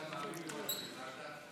אתה מאמין במה שאתה אמרת עכשיו?